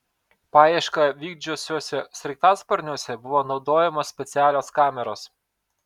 paiešką vykdžiusiuose sraigtasparniuose buvo naudojamos specialios kameros